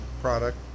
product